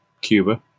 Cuba